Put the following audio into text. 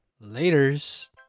Later's